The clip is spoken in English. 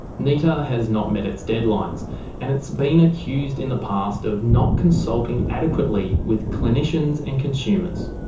nehta has not met its deadlines and it's been accused in the past of not consulting adequately with clinicians and consumers.